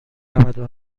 نودو